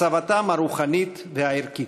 צוואתם הרוחנית והערכית.